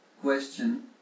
question